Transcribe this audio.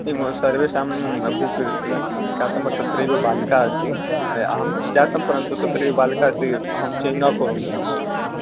किं सर्वेषां बुक् जातं तत्रैव बालिका अस्ति या अहं जातं परन्तु तत्रैव बालिका अस्ति अहं चेञ्ज् न करोमि अहं